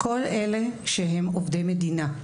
כל אלה שהם עובדי מדינה,